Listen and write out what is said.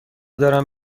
دارم